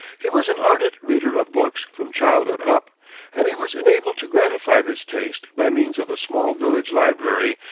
he was an ardent reader of books from childhood up and he was enabled to gratify this taste by means of a small village library,